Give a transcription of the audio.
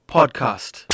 Podcast